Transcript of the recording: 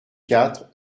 quatre